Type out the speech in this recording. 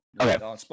okay